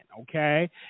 okay